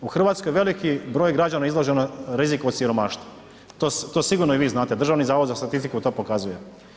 U Hrvatskoj je veliki broj građana izloženo riziku od siromaštva, to sigurno i vi znate Državni zavod za statistiku to pokazuje.